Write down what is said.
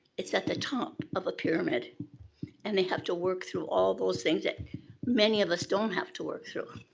it's at the top of a pyramid and they have to work through all those things that many of us don't have to work through.